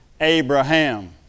Abraham